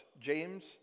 James